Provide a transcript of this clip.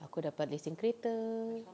aku dapat receive kereta